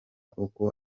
uko